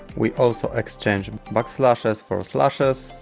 we also exchange um backslashes for slashes